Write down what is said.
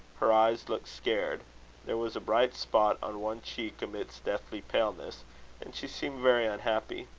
her eyes looked scared there was a bright spot on one cheek amidst deathly paleness and she seemed very unhappy.